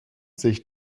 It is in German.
sich